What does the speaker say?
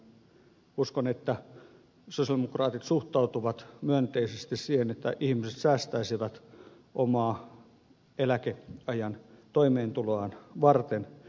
uskon että sosialidemokraatit suhtautuvat myönteisesti siihen että ihmiset säästäisivät omaa eläkeajan toimeentuloaan varten